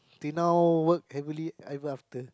till now work happily ever after